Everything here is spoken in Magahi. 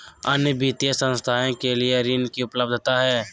अन्य वित्तीय संस्थाएं के लिए ऋण की उपलब्धता है?